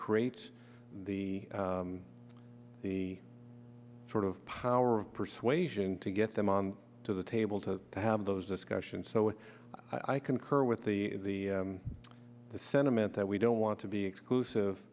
creates the the sort of power of persuasion to get them on to the table to have those discussions so i concur with the the the sentiment that we don't want to be exclusive